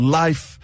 life